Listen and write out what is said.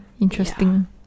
interesting